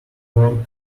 wrong